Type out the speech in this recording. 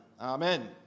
amen